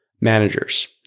managers